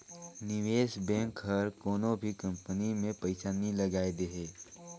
निवेस बेंक हर कोनो भी कंपनी में पइसा नी लगाए देहे